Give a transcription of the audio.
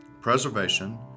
preservation